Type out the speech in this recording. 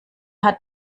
hat